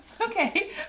Okay